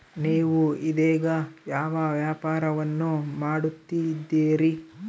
ನೇವು ಇದೇಗ ಯಾವ ವ್ಯಾಪಾರವನ್ನು ಮಾಡುತ್ತಿದ್ದೇರಿ?